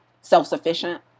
self-sufficient